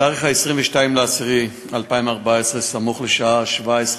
בתאריך 22 באוקטובר 2014, סמוך לשעה 17:50,